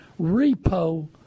repo